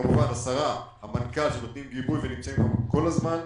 כמובן השרה והמנכ"ל שנותנים גיבוי ונמצאים כל הזמן.